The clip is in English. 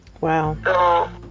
Wow